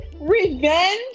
Revenge